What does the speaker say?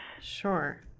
Sure